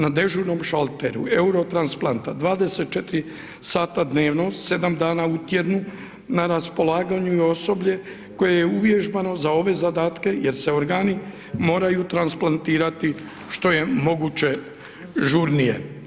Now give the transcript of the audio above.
Na dežurnom šalteru Eurotransplanta, 24 sata dnevno, 7 dana u tjednu, na raspolaganju je osoblje koje je uvježbano za ove zadatke jer se organi moraju transplantirati što je moguće žurnije.